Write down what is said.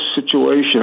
situation